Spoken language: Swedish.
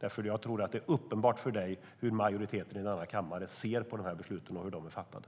Jag tror nämligen att det är uppenbart för honom hur majoriteten i denna kammare ser på dessa beslut och hur de är fattade.